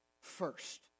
first